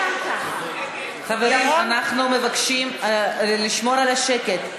חברים, אנחנו מבקשים לשמור על השקט.